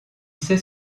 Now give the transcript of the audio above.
sait